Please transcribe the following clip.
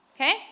okay